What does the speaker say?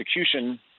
execution